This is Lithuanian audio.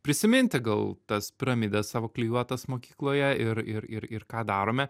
prisiminti gal tas piramides savo klijuotas mokykloje ir ir ir ir ką darome